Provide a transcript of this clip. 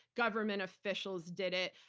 government officials did it.